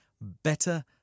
better